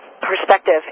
perspective